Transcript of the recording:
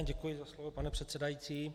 Děkuji za slovo, pane předsedající.